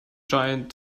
giant